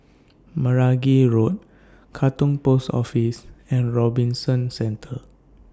Meragi Road Katong Post Office and Robinson Centre